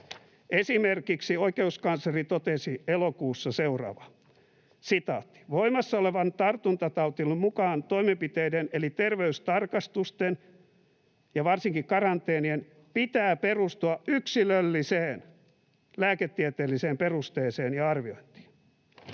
Esimerkiksi oikeuskansleri totesi elokuussa seuraavaa: ”Voimassa olevan tartuntatautilain mukaan toimenpiteiden eli terveystarkastusten ja varsinkin karanteenien pitää perustua yksilölliseen lääketieteelliseen perusteeseen ja arviointiin.”